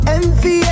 Envy